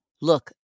Look